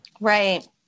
Right